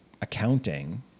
accounting